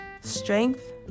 strength